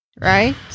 right